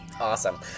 Awesome